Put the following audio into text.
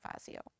Fazio